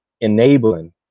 enabling